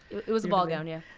it was a ballgown, yeah.